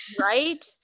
Right